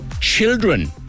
children